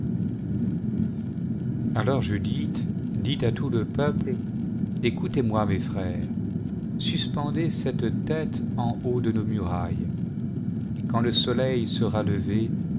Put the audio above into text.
alors judith dit à tout le peuple ecoutez moi mes frères suspendez cette tête eu haut de nos murailles et quand le soleil sera levé